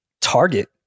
target